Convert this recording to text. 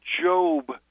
Job